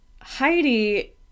Heidi